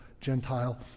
Gentile